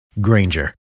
Granger